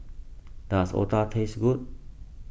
does Otah taste good